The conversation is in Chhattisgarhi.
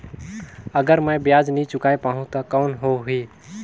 अगर मै ब्याज नी चुकाय पाहुं ता कौन हो ही?